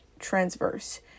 transverse